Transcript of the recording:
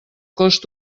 cost